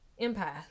empath